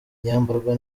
yambarwa